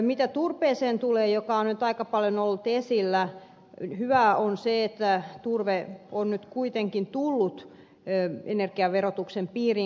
mitä turpeeseen tulee joka on nyt aika paljon ollut esillä hyvää on se että turve on nyt kuitenkin tullut energiaverotuksen piiriin